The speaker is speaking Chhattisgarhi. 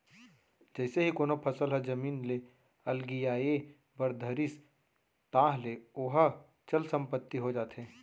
जइसे ही कोनो फसल ह जमीन ले अलगियाये बर धरिस ताहले ओहा चल संपत्ति हो जाथे